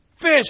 fish